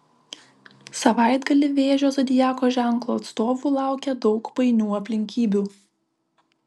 savaitgalį vėžio zodiako ženklo atstovų laukia daug painių aplinkybių